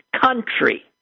country